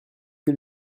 que